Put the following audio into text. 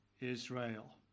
Israel